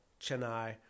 Chennai